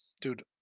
Dude